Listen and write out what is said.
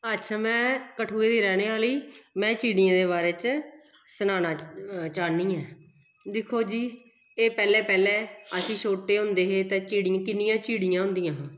अच्छा में कठुए दी रैह्ने आह्ली में चिड़ियें दे बारे च सनाना चाह्न्नी ऐ दिक्खो जी एह् पैह्लें पैह्लें अस छोटे होंदे हे ते चि किन्नियां चिड़ियां होंदियां हां